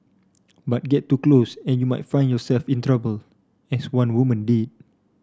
but get too close and you might find yourself in trouble as one woman did